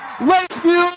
Lakeview